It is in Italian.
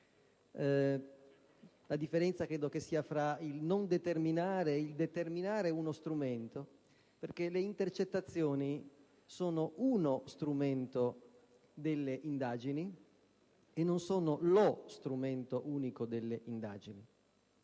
la differenza credo stia proprio tra il non determinare e il determinare uno strumento, dal momento che le intercettazioni sono uno strumento delle indagini e non lo strumento unico delle indagini.